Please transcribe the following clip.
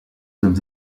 sommes